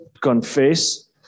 confess